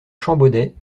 champbaudet